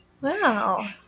wow